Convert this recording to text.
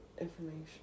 information